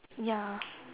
ya